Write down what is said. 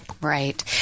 Right